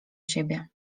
siebie